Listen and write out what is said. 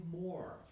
more